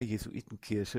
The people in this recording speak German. jesuitenkirche